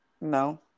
No